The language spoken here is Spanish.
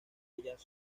ellas